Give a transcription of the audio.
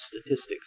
statistics